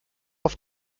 auf